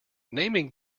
naming